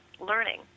learning